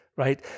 right